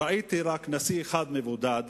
ראיתי רק נשיא אחד מבודד,